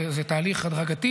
זה תהליך הדרגתי